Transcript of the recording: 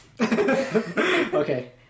Okay